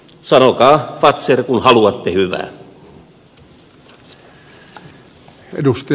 sanokaa fazer kun haluatte hyvää